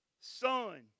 son